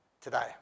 today